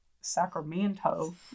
Sacramento